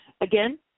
Again